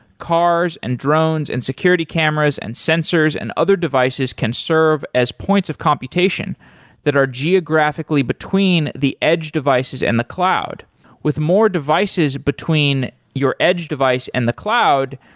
cars and drones and security cameras and sensors and other devices can serve as points of computation that are geographically between the edge devices and the cloud with more devices between your edge device and the cloud,